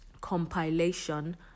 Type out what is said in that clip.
compilation